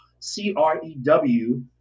C-R-E-W